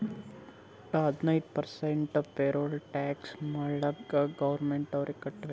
ವಟ್ಟ ಹದಿನೈದು percent payroll tax ಮಾಲ್ಲಾಕೆ ಗೌರ್ಮೆಂಟ್ಗ್ ಕಟ್ಬೇಕ್